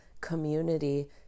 community